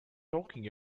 talking